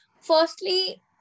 firstly